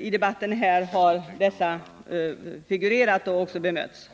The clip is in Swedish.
I debatten här har dessa figurerat och även bemötts.